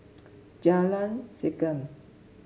Jalan Segam